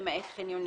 למעט חניונים,